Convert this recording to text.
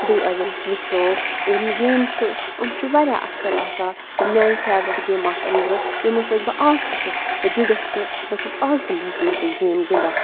بیٚیہِ اگر أسۍ وٕچھو یِم گیمہٕ چھِ یِم چھِ واریاہ اَصٕل آسان تہٕ میٛانہِ فٮ۪ورِٹ گیم آسہٕ یِم زٕ یِمو سۭتۍ بہٕ آز تہِ چھس جُڑِتھ تہٕ بہٕ چھَس آز تہِ منٛز منٛز یِم گیم گِنٛدان